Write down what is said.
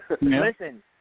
listen